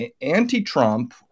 anti-Trump